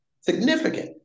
significant